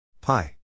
Pi